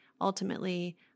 ultimately